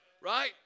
right